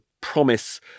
promise